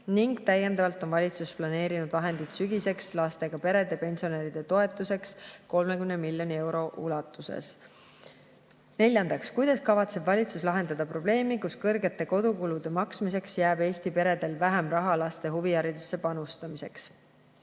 ning täiendavalt on valitsus planeerinud vahendeid sügiseks lastega perede ja pensionäride toetuseks 30 miljoni euro ulatuses. Neljandaks: "Kuidas kavatseb valitsus lahendada probleemi, kus kõrgete kodukulude maksmiseks jääb Eesti peredel vähem raha laste huviharidusse panustamiseks?"